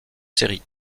séries